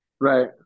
right